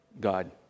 God